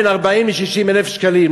בין 40,000 ל-60,000 שקלים.